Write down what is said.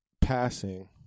passing